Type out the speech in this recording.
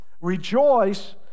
Rejoice